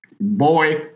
boy